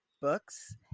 books